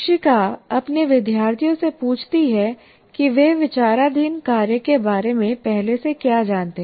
शिक्षिका अपने विद्यार्थियों से पूछती है कि वे विचाराधीन कार्य के बारे में पहले से क्या जानते हैं